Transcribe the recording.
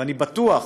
ואני בטוח,